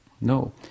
No